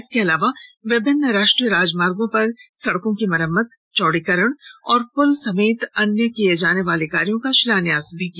इसके अलावा विभिन्न राष्ट्रीय राजमार्गो पर सड़कों की मरम्मत चौडीकरण और पुल समेत अन्य किये जाने वाले कार्यो का शिलान्यास किया